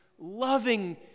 loving